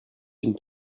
une